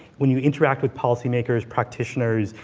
when you interact with policymakers, practitioners,